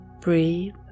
breathe